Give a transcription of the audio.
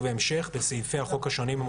ובהמשך בסעיפי החוק השונים.